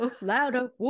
Louder